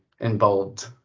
involved